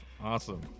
Awesome